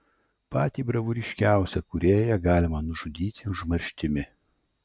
patį bravūriškiausią kūrėją galima nužudyti užmarštimi